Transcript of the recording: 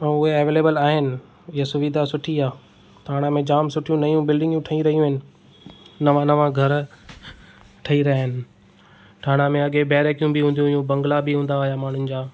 ऐं उहे अवेलेबल आहिनि इहा सुविधा सुठी आहे थाणा में जाम सुठियूं न्यूं बिल्डिंगियूं ठही रहियूं आहिनि नवां नवां घरु ठही रहिया आहिनि थाणा में अॻे बेरेकियूं बि हूंदी हुयूं बंगला हूंदा हुआ माण्हुनि जा